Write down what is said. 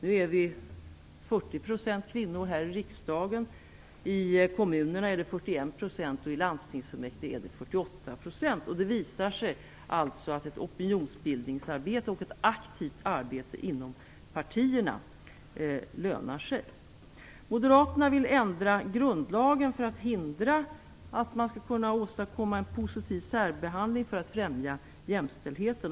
Vi är nu 40 % kvinnor här i riksdagen, i kommunerna är det 41 % och i landstingsfullmäktige är det 48 %. Det visar sig alltså att ett opinionsbildningsarbete och ett aktivt arbete inom partierna lönar sig. Moderaterna vill ändra grundlagen för att hindra att man skall kunna åstadkomma en positiv särbehandling för att främja jämställdheten.